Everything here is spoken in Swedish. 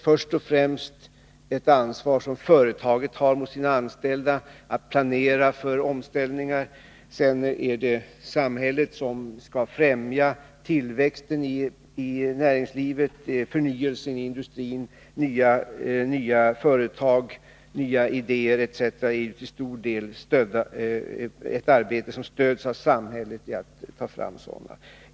Först och främst är det ett ansvar som företaget har för sina anställda att planera för omställningen. Sedan är det samhället som skall främja tillväxt i näringslivet, förnyelse av industrin. Nya företag, nya idéer etc. är till stor del något som stöds av samhället.